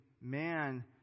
man